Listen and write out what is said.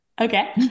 Okay